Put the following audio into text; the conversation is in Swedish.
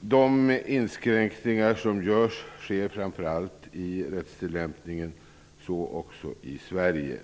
De inskränkningar som görs sker framför allt i rättstillämpningen. Så sker också i Sverige.